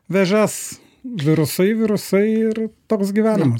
vėžias virusai virusai ir toks gyvenimas